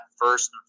first